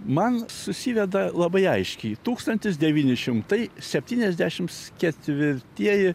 man susiveda labai aiškiai tūkstantis devyni šimtai septyniasdešims ketvirtieji